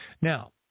Now